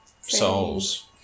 souls